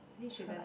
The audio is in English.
I think shouldn't